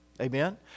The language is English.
Amen